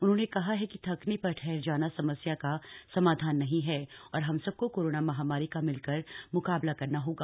उन्होंने कहा है कि थकने पर ठहर जाना समस्या का समाधान नहीं है और हम सबको कोरोना महामारी का मिलकर म्काबला करना होगा